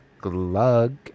glug